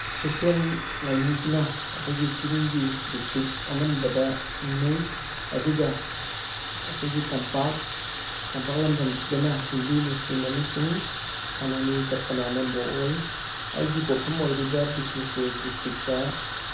Christian ꯂꯥꯏꯅꯤꯡꯁꯤꯅ ꯑꯩꯈꯣꯏꯒꯤ ꯆꯤꯡꯒꯤ ꯗꯤꯁꯇ꯭ꯔꯤꯛ ꯑꯅꯝꯕꯗ ꯅꯤꯡꯅꯩ ꯑꯗꯨꯒ ꯑꯩꯈꯣꯏꯒꯤ ꯇꯝꯄꯥꯛ ꯇꯝꯄꯥꯛ ꯂꯝꯗꯝꯁꯤꯗꯅ ꯍꯤꯟꯗꯨ ꯃꯨꯁꯂꯤꯝ ꯑꯃꯁꯨꯡ ꯁꯅꯥꯃꯍꯤ ꯆꯠꯄꯅ ꯑꯅꯝꯕ ꯑꯣꯏ ꯑꯩꯒꯤ ꯄꯣꯛꯐꯝ ꯑꯣꯏꯔꯤꯕ ꯕꯤꯁꯅꯨꯄꯨꯔ ꯗꯤꯁꯇ꯭ꯔꯤꯛꯇ